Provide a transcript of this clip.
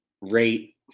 rate